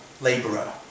labourer